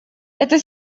это